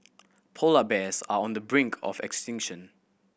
polar bears are on the brink of extinction